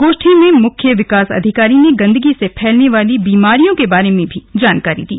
गोष्ठी में मुख्य विकास अधिकारी ने गन्दगी से फैलने वाली बीमारियों के बारे में भी जानकारी दी